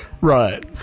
Right